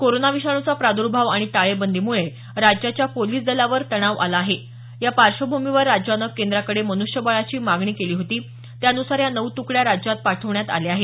corona विषाणूचा प्राद्र्भाव आणि टाळेबंदीमुळे राज्याच्या पोलिस दलावर तणाव आला आहे या पार्श्वभूमीवर राज्यानं केंद्राकडे मनुष्यबळाची मागणी केली होती त्यानुसार या नऊ तुकड्या राज्यात पाठवण्यात आल्या आहेत